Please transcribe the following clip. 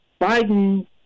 Biden